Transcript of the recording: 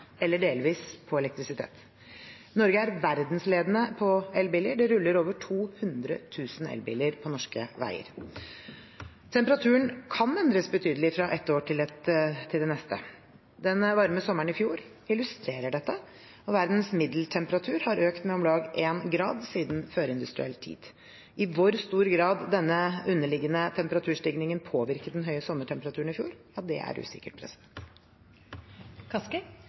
eller delvis på elektrisitet. Norge er verdensledende på elbiler. Det ruller over 200 000 elbiler på norske veier. Temperaturen kan endres betydelig fra ett år til det neste. Den varme sommeren i fjor illustrerer dette. Verdens middeltemperatur har økt med om lag 1 grad siden førindustriell tid. I hvor stor grad denne underliggende temperaturstigningen påvirket den høye sommertemperaturen i fjor, er usikkert. Det er